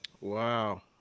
Wow